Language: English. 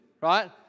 right